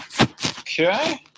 Okay